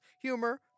humor